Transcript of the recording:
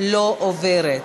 לא עוברת.